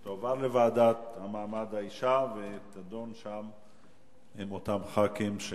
לסדר-היום תועברנה לוועדה למעמד האשה ותידונה שם עם אותם חברי הכנסת